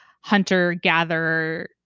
hunter-gatherer